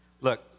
Look